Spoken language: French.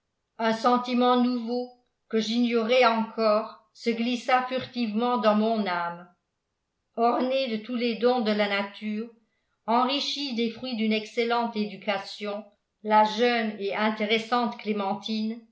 un sentiment nouveau que j'ignorais encore se glissa furtivement dans mon âme ornée de tous les dons de la nature enrichie des fruits d'une excellente éducation la jeune et intéressante clémentine